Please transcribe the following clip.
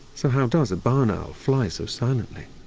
so, how does a bar now fly so silently?